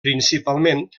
principalment